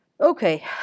Okay